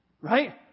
right